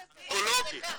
אונקולוגי.